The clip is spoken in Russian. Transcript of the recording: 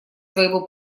своего